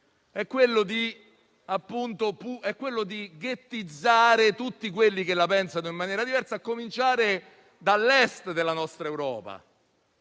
è quello di ghettizzare tutti coloro che la pensano in maniera diversa, a cominciare dall'Est della nostra Europa: